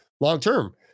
long-term